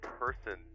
person